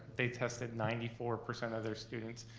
they tested ninety four percent of their students.